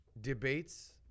debates